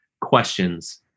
questions